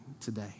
today